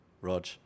Rog